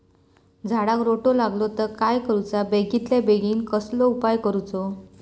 झाडाक रोटो लागलो तर काय करुचा बेगितल्या बेगीन कसलो उपाय करूचो?